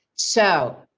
so.